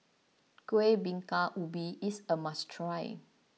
KuehBingka Ubi is a must try